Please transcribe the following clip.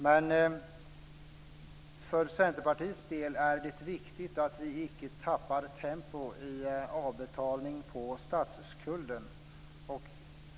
För Centerpartiets del är det viktigt att vi icke tappar tempo i avbetalningen på statsskulden.